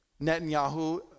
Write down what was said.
Netanyahu